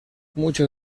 muchos